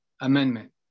Amendment